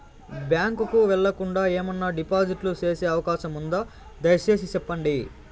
Bank కు వెళ్లకుండా, ఏమన్నా డిపాజిట్లు సేసే అవకాశం ఉందా, దయసేసి సెప్పండి?